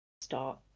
start